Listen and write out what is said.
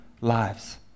lives